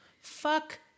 Fuck